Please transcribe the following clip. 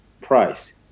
price